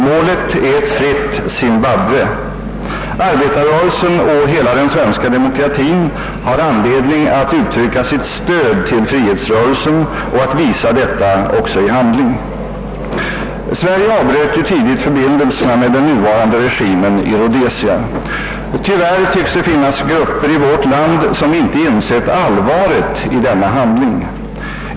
Målet är ett fritt Zimbabwe. Arbetarrörelsen och hela den svenska demokratin har anledning att uttrycka sitt stöd till frihetsrörelsen och att också visa detta i handling. Sverige avbröt tidigt förbindelserna med den nuvarande regimen i Rhodesia. Tyvärr tycks det finnas grupper i vårt land som inte har insett allvaret i denna handling.